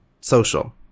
social